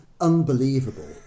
unbelievable